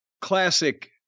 classic